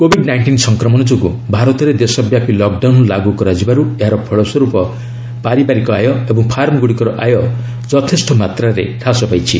Covid nineteen ସଂକ୍ରମଣ ଯୋଗୁଁ ଭାରତରେ ଦେଶବ୍ୟାପୀ ଲକ୍ଡାଉନ୍ ଲାଗ୍ର କରାଯିବାର୍ ଏହାର ଫଳସ୍ୱର୍ପ ପାରିବାରିକ ଆୟ ଏବଂ ଫାର୍ମଗ୍ରଡ଼ିକର ଆୟ ଯଥେଷ୍ଟ ମାତ୍ରାରେ ହ୍ରାସ ପାଇଛି